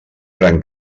gran